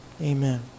Amen